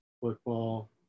football